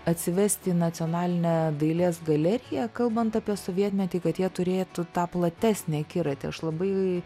atsivesti į nacionalinę dailės galeriją kalbant apie sovietmetį kad jie turėtų tą platesnį akiratį aš labai